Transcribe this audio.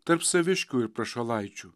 tarp saviškių ir prašalaičių